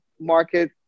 market